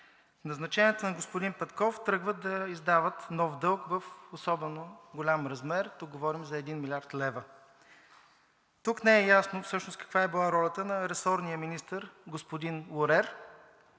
Назначенията на господин Петков тръгват да издават нов дълг в особено голям размер – говорим за 1 млрд. лв. Тук не е ясно всъщност каква е била ролята на ресорния министър господин Лорер,